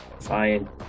Fine